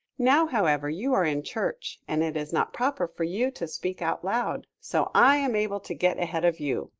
now, however, you are in church and it is not proper for you to speak out loud, so i am able to get ahead of you.